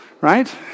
right